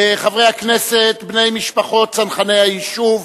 חברי הכנסת, בני משפחות צנחני היישוב,